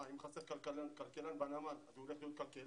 מה אם חסר כלכלן בנמל אז הוא יילך להיות כלכלן?